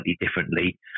differently